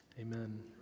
Amen